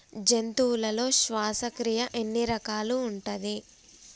జంతువులలో శ్వాసక్రియ ఎన్ని రకాలు ఉంటది?